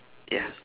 ya